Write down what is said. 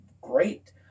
great